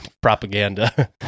propaganda